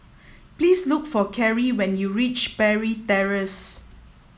please look for Keri when you reach Parry Terrace